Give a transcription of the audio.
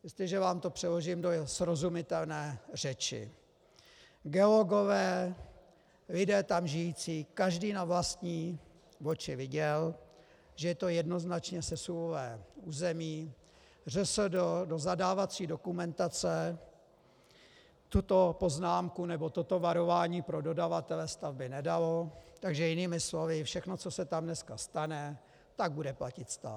Jestliže vám to přeložím do srozumitelné řeči, geologové, lidé tam žijící, každý na vlastní oči viděl, že je to jednoznačně sesuvové území, ŘSD do zadávací dokumentace tuto poznámku nebo toto varování pro dodavatele stavby nedalo, takže jinými slovy, všechno, co se tam dneska stane, tak bude platit stát.